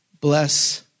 bless